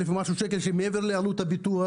1,000 ומשהו שקל שמעבר לעלות הביטוח.